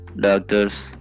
doctors